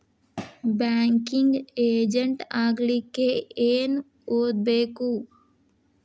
Banking agent ಆಗ್ಲಿಕ್ಕೆ ಏನ್ ಓದ್ಬೇಕು?